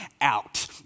out